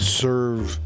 serve